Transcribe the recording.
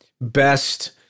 best